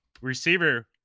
Receiver